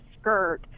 skirt